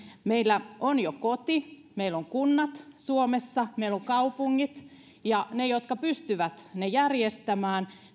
meillä on jo koti meillä on kunnat suomessa meillä on kaupungit ja annettakoon niille jotka pystyvät ne järjestämään